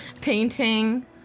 painting